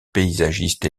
paysagiste